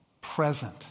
present